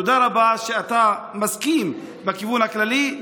תודה רבה שאתה מסכים בכיוון הכללי.